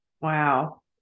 Wow